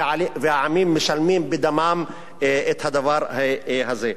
והעמים משלמים בדמם את הדבר הזה.